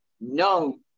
no